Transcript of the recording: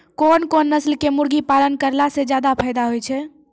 कोन कोन नस्ल के मुर्गी पालन करला से ज्यादा फायदा होय छै?